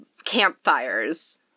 campfires